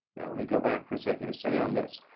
let me go back for a second to say on this,